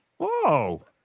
Whoa